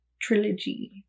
trilogy